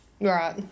Right